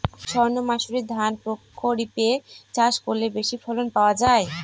সর্ণমাসুরি ধান প্রক্ষরিপে চাষ করলে বেশি ফলন পাওয়া যায়?